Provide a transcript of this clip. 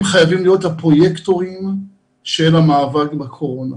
הם חייבים להיות הפרויקטורים של המאבק בקורונה.